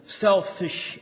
selfish